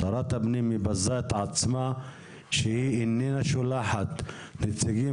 שרת הפנים מבזה את עצמה שהיא איננה שולחת נציגים